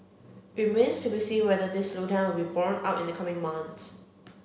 it remains to be seen whether this slowdown will be borne out in the coming months